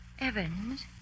Evans